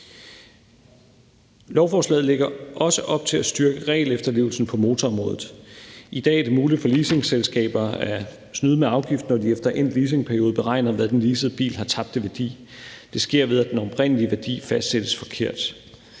Lovforslaget lægger også op til at styrke regelefterlevelsen på motorområdet. I dag er det muligt for leasingselskaber at snyde med afgiften, når de efter endt leasingperiode beregner, hvad den leasede bil har tabt af værdi. Det sker, ved at den oprindelige værdi fastsættes forkert.